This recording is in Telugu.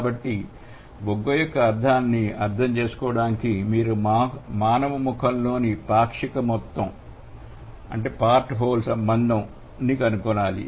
కాబట్టి బుగ్గ యొక్క అర్థాన్ని అర్థం చేసుకోవడానికి మీరు మానవ ముఖంలోని పాక్షిక మొత్తం సంబంధాన్ని కనుగొనాలి